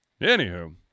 anywho